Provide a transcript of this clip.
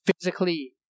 physically